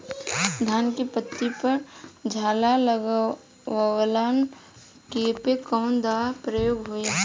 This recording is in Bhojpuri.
धान के पत्ती पर झाला लगववलन कियेपे कवन दवा प्रयोग होई?